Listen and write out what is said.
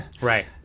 Right